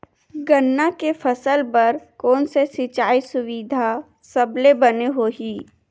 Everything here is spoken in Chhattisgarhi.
गन्ना के फसल बर कोन से सिचाई सुविधा सबले बने होही?